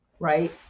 right